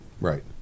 Right